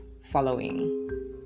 following